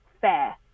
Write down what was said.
fair